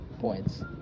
points